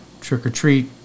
trick-or-treat